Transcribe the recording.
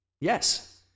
yes